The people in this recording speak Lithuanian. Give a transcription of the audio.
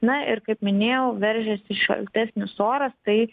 na ir kaip minėjau veržiasi šaltesnis oras tai